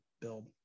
build